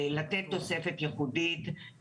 לתת תוספת ייחודית.